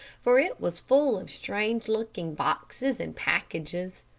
for it was full of strange-looking boxes and packages.